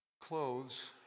clothes